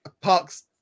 Parks